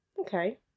Okay